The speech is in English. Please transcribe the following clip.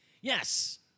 Yes